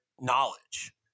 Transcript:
knowledge